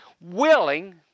willing